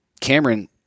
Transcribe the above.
Cameron